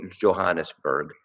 Johannesburg